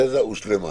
התזה הושלמה.